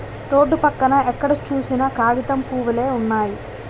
road పక్కన ఎక్కడ సూసినా కాగితం పూవులే వున్నయి